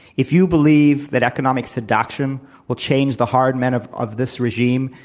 if you believe that economic seduction will change the hard men of of this regime,